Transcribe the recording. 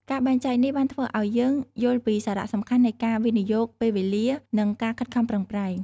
ការបែងចែកនេះ បានធ្វើឲ្យយើងយល់ពីសារៈសំខាន់នៃការវិនិយោគពេលវេលា និងការខិតខំប្រឹងប្រែង។